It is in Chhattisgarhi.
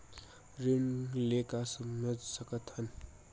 ऋण ले का समझ सकत हन?